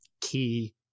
key